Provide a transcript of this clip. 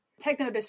Techno